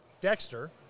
Dexter